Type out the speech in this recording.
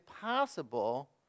possible